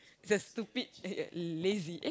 it's a stupid uh lazy eh